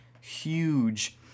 huge